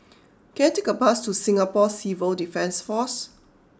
can I take a bus to Singapore Civil Defence Force